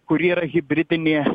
kur yra hibridinė